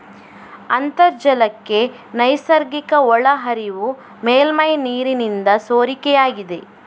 ಅಂತರ್ಜಲಕ್ಕೆ ನೈಸರ್ಗಿಕ ಒಳಹರಿವು ಮೇಲ್ಮೈ ನೀರಿನಿಂದ ಸೋರಿಕೆಯಾಗಿದೆ